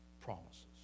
promises